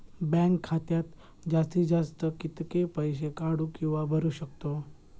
Bank खात्यात जास्तीत जास्त कितके पैसे काढू किव्हा भरू शकतो?